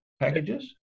packages